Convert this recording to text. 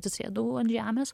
atsisėdau ant žemės